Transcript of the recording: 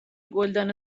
گلدان